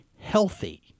healthy